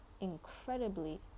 incredibly